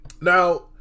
Now